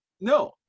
No